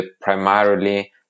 primarily